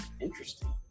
Interesting